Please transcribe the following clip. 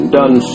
done